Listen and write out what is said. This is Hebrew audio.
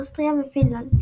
אוסטריה ופינלנד,